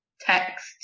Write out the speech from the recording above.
text